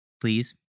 Please